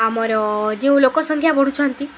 ଆମର ଯେଉଁ ଲୋକ ସଂଖ୍ୟା ବଢ଼ୁଛନ୍ତି